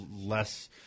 less